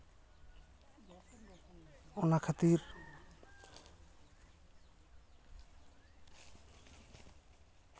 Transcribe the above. ᱚᱱᱟ ᱠᱷᱟᱹᱛᱤᱨ